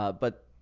but.